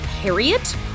Harriet